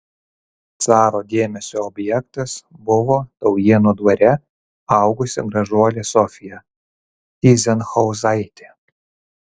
caro dėmesio objektas buvo taujėnų dvare augusi gražuolė sofija tyzenhauzaitė